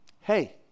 Hey